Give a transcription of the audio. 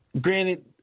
granted